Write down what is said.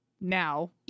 now